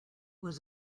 was